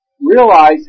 realize